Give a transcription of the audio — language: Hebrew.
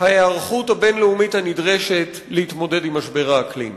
ההיערכות הבין-לאומית הנדרשת להתמודד עם משבר האקלים.